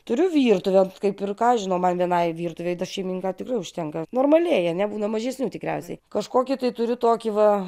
turiu virtuvę kaip ir ką žinau man vienai virtuvėj šeimininkaut tikrai užtenka normali ane būna mažesnių tikriausiai kažkokį tai turiu tokį va